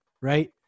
right